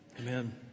Amen